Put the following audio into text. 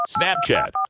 Snapchat